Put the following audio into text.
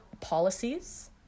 policies